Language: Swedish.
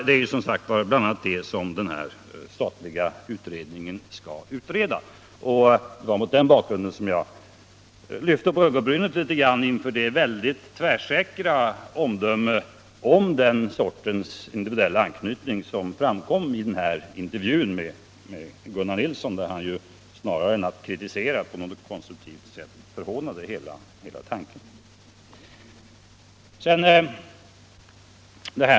Det är bl.a. det som den statliga utredningen skall utreda. Och det var mot den bakgrunden som jag reagerade mot de väldigt tvärsäkra omdömena från LO-sidan beträffande alla alternativ inklusive sådana som innehåller fonder med någon sorts individuell anknytning. I stället för att kritisera på ett konstruktivt sätt förhånar alla andra tankar än de Meidnerska.